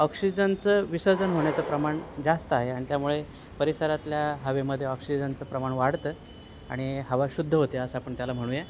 ऑक्सिजनचं विसर्जन होण्याचं प्रमाण जास्त आहे आणिन त्यामुळे परिसरातल्या हवेमध्येे ऑक्सिजनचं प्रमाण वाढतं आणि हवा शुद्ध होते असं आपण त्याला म्हणूया